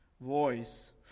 voice